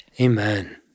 Amen